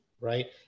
right